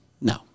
No